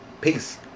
Peace